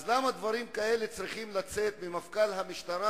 אז למה דברים אלה צריכים לצאת ממפכ"ל המשטרה,